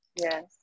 Yes